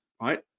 right